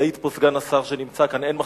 יעיד פה סגן השר שנמצא כאן, אין מחסומים,